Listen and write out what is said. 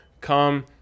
come